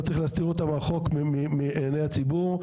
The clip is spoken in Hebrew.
צריך להסתיר אותם רחוק מעיני הציבור.